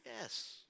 Yes